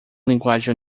linguagem